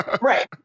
Right